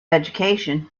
education